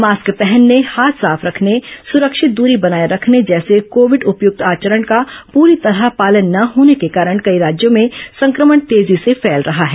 mask पहनने हाथ साफ रखने सुरक्षित दूरी बनाए रखने जैसे कोविड उपयुक्त आचरण का पूरी तरह पालन न होने के कारण कई राज्यों में संक्रमण तेजी से फैल रहा है